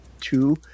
two